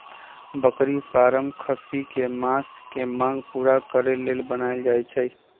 बकरी फारम खस्सी कें मास के मांग पुरा करे लेल बनाएल जाय छै